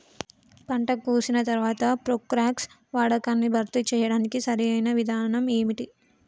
పంట కోసిన తర్వాత ప్రోక్లోరాక్స్ వాడకాన్ని భర్తీ చేయడానికి సరియైన విధానం ఏమిటి?